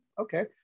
okay